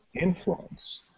influence